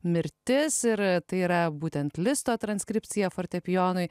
mirtis ir tai yra būtent listo transkripcija fortepijonui